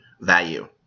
value